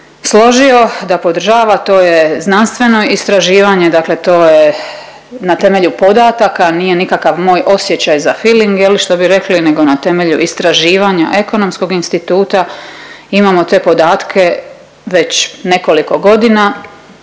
složio da podržava, to je znanstveno istraživanje, dakle to je na temelju podataka nije nikakav moj osjećaj za filing je li što bi rekli, nego na temelju istraživanja Ekonomskog instituta. Imamo te podatke već nekoliko godina,